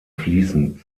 fließend